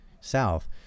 South